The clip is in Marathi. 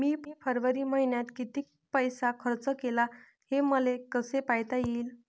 मी फरवरी मईन्यात कितीक पैसा खर्च केला, हे मले कसे पायता येईल?